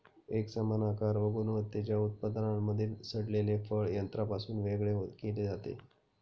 एकसमान आकार व गुणवत्तेच्या उत्पादनांमधील सडलेले फळ यंत्रापासून वेगळे केले जाते